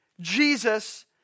Jesus